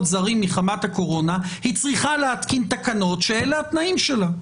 זרים מחמת הקורונה היא צריכה להתקין תקנות שאלה התנאים שלה.